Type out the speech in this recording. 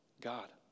God